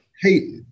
Hey